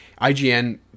IGN